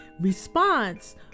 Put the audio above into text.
response